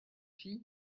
fille